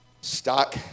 stock